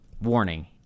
Warning